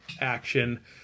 action